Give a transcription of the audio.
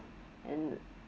and